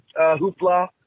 hoopla